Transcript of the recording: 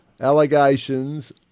allegations